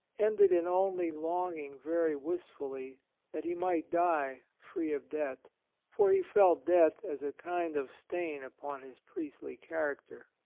ended in only longing very wistfully that he might die free of debt for he felt debt as a kind of stain upon his priestly character.